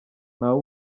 ntawe